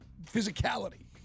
Physicality